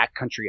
backcountry